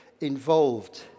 involved